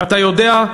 ואתה יודע,